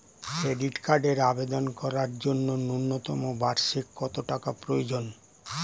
Credit কার্ডের আবেদন করার জন্য ন্যূনতম বার্ষিক কত টাকা প্রয়োজন?